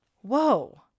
whoa